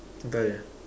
die ah